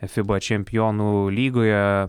fiba čempionų lygoje